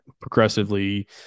progressively